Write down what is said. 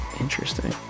interesting